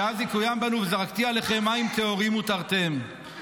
שאז יקוים בנו: 'וזרקתי עליכם מים טהורים וטהרתם'" ---".